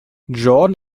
jordan